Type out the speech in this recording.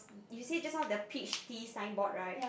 you say just now the peach tea sign board right